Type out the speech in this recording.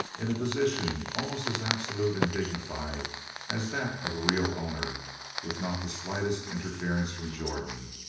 in a position almost as absolute and dignified as that of a real owner with not the slightest interference from jordan,